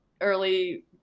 early